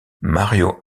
mario